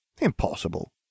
Impossible